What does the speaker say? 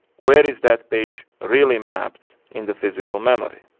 where is that page really mapped in the physical memory?